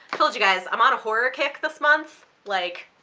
told you guys i'm on a horror kick this month! like